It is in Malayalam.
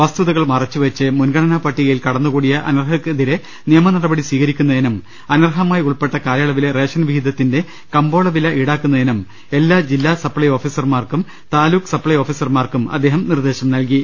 വസ്തുതകൾ മറച്ചുവെച്ച് മുൻഗണനാ പട്ടികയിൽ കട ന്നുകൂടിയ അനർഹർക്കെതിരെ നിയമനടപടി സ്വീകരി ക്കുന്നതിനും അനർഹമായി ഉൾപ്പെട്ട കാലയളവിലെ റേഷൻ വിഹിതത്തിന്റെ കമ്പോളവില ഈടാക്കുന്നതിനും എല്ലാ ജില്ലാ സപ്ലൈ ഓഫീസർമാർക്കും താലൂക്ക് സപ്പൈ ഓഫീസർമാർക്കും അദ്ദേഹം നിർദ്ദേശം നൽകി